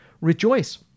rejoice